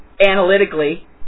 analytically